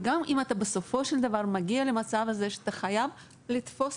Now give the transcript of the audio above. בסופו של דבר אתה מגיע למצב שאתה חייב לתפוס